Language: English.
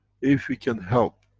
if we can help,